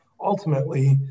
ultimately